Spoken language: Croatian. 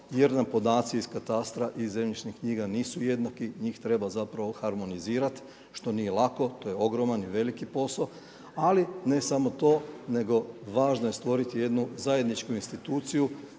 jer nam podaci iz katastra i zemljišnih knjiga nisu jednaki. Njih treba zapravo harmonizirati što nije lako, to je ogroman i veliki posao. Ali ne samo to, nego važno je stvoriti jednu zajedničku instituciju